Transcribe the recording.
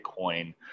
Bitcoin